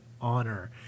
honor